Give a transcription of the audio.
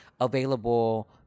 available